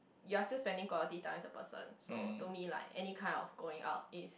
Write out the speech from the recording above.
you're still spending quality time with the person so to me like any kind of going out is